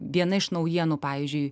viena iš naujienų pavyzdžiui